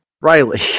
Riley